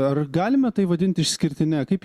ar galime tai vadint išskirtine kaip